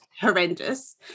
horrendous